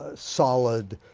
ah solid